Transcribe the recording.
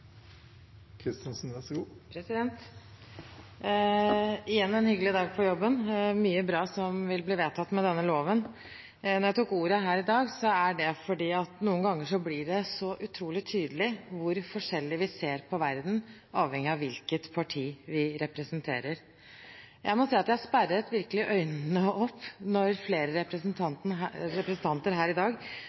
mye bra som vil bli vedtatt med denne loven. Når jeg tar ordet her i dag, er det fordi at noen ganger blir det så utrolig tydelig hvor forskjellig vi ser på verden, avhengig av hvilket parti vi representerer. Jeg må si at jeg virkelig sperret øynene opp da jeg hørte flere representanter her i dag